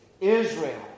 Israel